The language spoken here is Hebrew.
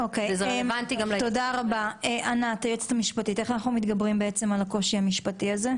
איך אנחנו מתגברים על הקושי המשפטי הזה?